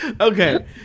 Okay